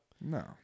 No